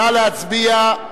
נא להצביע.